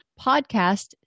podcast